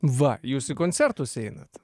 va jūs į koncertus einat